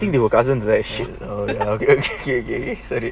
I think they were cousins right shit okay okay okay sorry